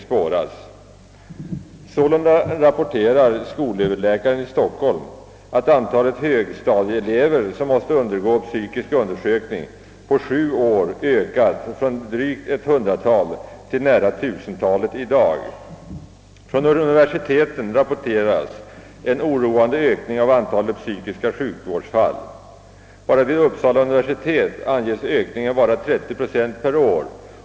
Sålunda rapporterar skolöverläkaren i Stockholm att antalet högstadieelever, som måste undergå psykisk undersökning, på sju år har ökat från ett drygt hundratal till nära tusentalet i dag. Från universiteten rapporteras också en oroväckande ökning av antalet psykiska sjukdomsfall. Bara vid Uppsala universitet anges ökningen vara 30 procent per år.